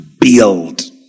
build